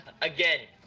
again